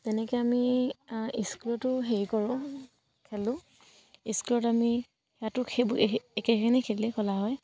তেনেকৈ আমি স্কুলতো হেৰি কৰোঁ খেলোঁ স্কুলত আমি সেয়াতো সেইবোৰ একেখিনি খেলেই খেলা হয়